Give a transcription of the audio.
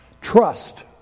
trust